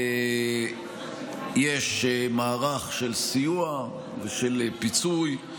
יש מערך של סיוע ושל פיצוי.